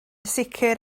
sicr